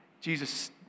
Jesus